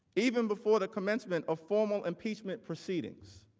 even before the commencement of formal impeachment proceedings.